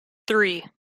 three